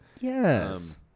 Yes